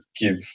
give